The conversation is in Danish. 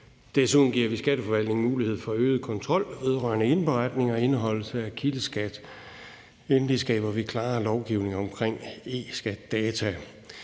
Desuden giver vi skatteforvaltningen mulighed for øget kontrol vedrørende indberetninger og indeholdelse af kildeskat. Endelig skaber vi klarere lovgivning omkring eSkatData.